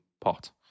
pot